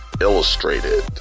Illustrated